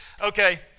okay